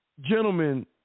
gentlemen